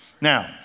Now